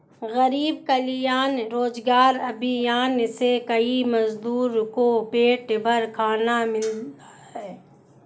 गरीब कल्याण रोजगार अभियान से कई मजदूर को पेट भर खाना मिला है